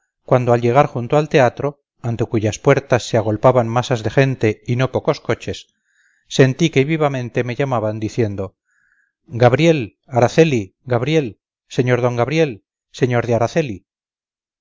cuando al llegar junto al teatro ante cuyas puertas se agolpaban masas de gente y no pocos coches sentí que vivamente me llamaban diciendo gabriel araceli gabriel señor d gabriel sr de araceli